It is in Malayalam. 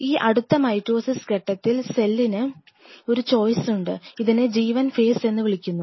ഈ അടുത്ത മൈറ്റോസിസ് ഘട്ടത്തിൽ സെല്ലിന് ഒരു ചോയ്സ് ഉണ്ട് ഇതിനെ G1 ഫേസ് എന്ന് വിളിക്കുന്നു